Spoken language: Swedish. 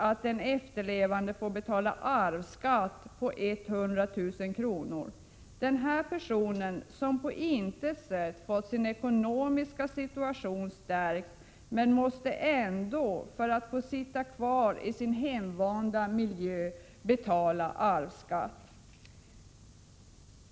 får den efterlevande betala arvsskatt på 100 000 kr. Den personen, som på intet sätt fått sin ekonomiska situation förstärkt, måste ändå för att få sitta kvar i sin invanda miljö, betala arvsskatt.